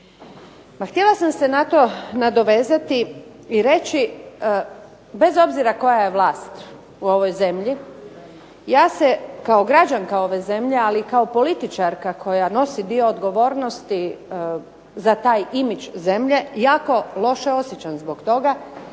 Pa htjela sam se na to nadovezati i reći, bez obzira koja je vlast u ovoj zemlji ja se kao građanka ove zemlje ali i kao političarka koja nosi dio odgovornosti za taj imidž zemlje jako loše osjećam zbog toga